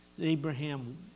Abraham